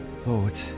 Lord